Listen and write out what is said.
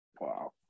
wow